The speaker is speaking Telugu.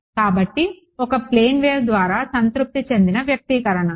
కాబట్టి ఒక ప్లేన్ వేవ్ ద్వారా సంతృప్తి చెందిన వ్యక్తీకరణ